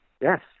Yes